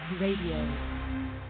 Radio